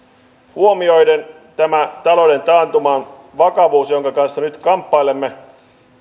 huomioiden tämän talouden taantuman vakavuuden jonka kanssa nyt kamppailemme